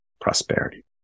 prosperity